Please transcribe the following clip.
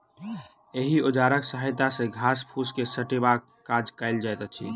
एहि औजारक सहायता सॅ घास फूस के समेटबाक काज कयल जाइत अछि